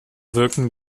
wirken